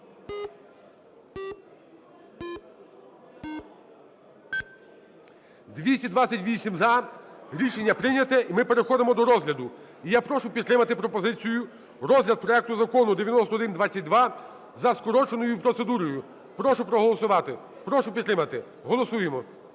За-228 Рішення прийнято. І ми переходимо до розгляду. І я прошу підтримати пропозицію розгляд проекту Закону 9122 за скороченою процедурою. Прошу проголосувати, прошу підтримати. Голосуємо.